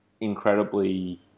incredibly